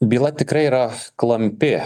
byla tikrai yra klampi